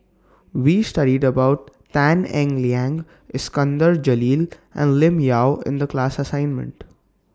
We studied about Tan Eng Liang Iskandar Jalil and Lim Yau in The class assignment